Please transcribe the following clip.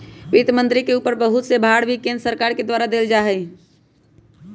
वित्त मन्त्री के ऊपर बहुत से भार भी केन्द्र सरकार के द्वारा देल जा हई